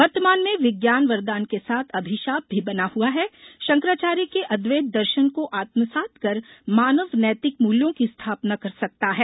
वर्तमान में विज्ञान वरदान के साथ अभिशाप भी बना हुआ है शंकराचार्य के अद्वैत दर्शन को आत्मसात कर मानव नैतिक मूल्यों की स्थापना कर सकता है